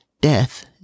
Death